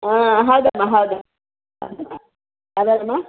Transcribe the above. ಹಾಂ ಹೌದಮ್ಮ ಹೌದು